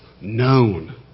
known